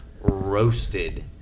roasted